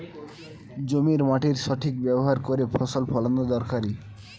জমির মাটির সঠিক ব্যবহার করে ফসল ফলানো দরকারি